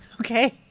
Okay